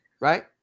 right